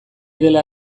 dela